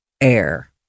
air